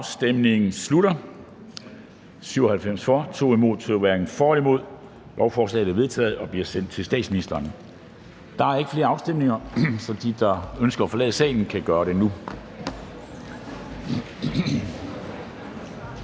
stemte 2 (NB), hverken for eller imod stemte 2 (LA). Lovforslaget er vedtaget og bliver sendt til statsministeren. Der er ikke flere afstemninger, så de, der ønsker at forlade salen, kan gøre det nu.